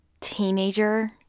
teenager